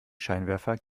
scheinwerfer